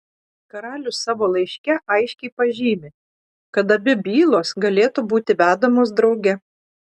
karalius savo laiške aiškiai pažymi kad abi bylos galėtų būti vedamos drauge